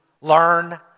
learn